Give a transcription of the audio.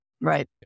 Right